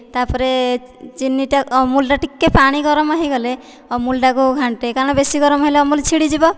ତା'ପରେ ଚିନି ଟା ଅମୁଲ ଟା ଟିକେ ପାଣି ଗରମ ହୋଇଗଲେ ଅମୁଲଟାକୁ ଘାଣ୍ଟେ କାରଣ ବେଶୀ ଗରମ ହେଲେ ଅମୁଲ ଛିଡ଼ି ଯିବ